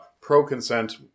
pro-consent